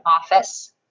office